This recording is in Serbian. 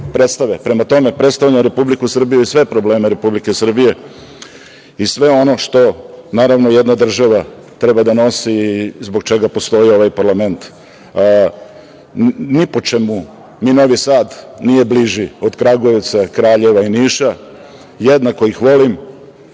predstave. Prema tome, predstavljam Republiku Srbiju i sve probleme Republike Srbije, i sve ono što, naravno, jedna država treba da nosi i zbog čega postoji ovaj parlament. Ni po čemu mi Novi Sad nije bliži od Kragujevca, Kraljeva i Niša, jednako ih volim.